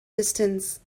distance